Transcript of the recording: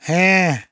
ᱦᱮᱸ